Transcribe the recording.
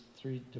three